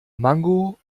mango